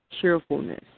cheerfulness